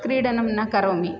क्रीडनं न करोमि